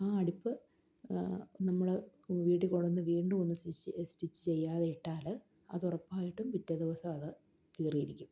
ആ അടിപ്പ് നമ്മള് വീട്ടില് കൊണ്ടുവന്ന് വീണ്ടുമൊന്ന് സ്റ്റിച്ച് ചെയ്യാതെയിട്ടാല് അതുറപ്പായിട്ടും പിറ്റേ ദിവസം അത് കീറിയിരിക്കും